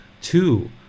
Two